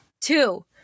Two